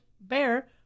bear